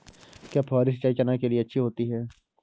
क्या फुहारी सिंचाई चना के लिए अच्छी होती है?